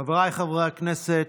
חבריי חברי הכנסת,